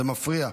זה מפריע.